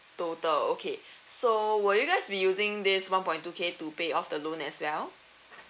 total okay so will you guys be using this one point two K to pay off the loan as well